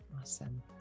Awesome